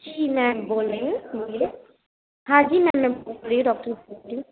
जी ma'am बोल रही हूँ बोलिए हाँ जी मैडम बोलिए डॉक्टर बोल रही हूँ